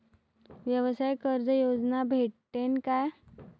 व्यवसाय कर्ज योजना भेटेन का?